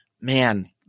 man